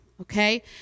Okay